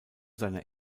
seiner